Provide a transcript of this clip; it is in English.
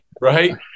right